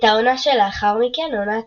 את העונה שלאחר מכן, עונת